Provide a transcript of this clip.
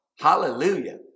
hallelujah